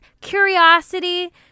curiosity